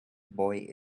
boy